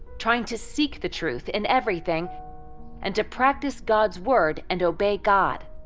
trying to seek the truth in everything and to practice god's word and obey god.